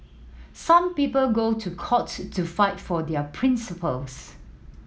some people go to court to fight for their principles